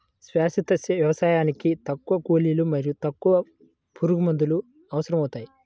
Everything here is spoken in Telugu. శాశ్వత వ్యవసాయానికి తక్కువ కూలీలు మరియు తక్కువ పురుగుమందులు అవసరమవుతాయి